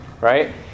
right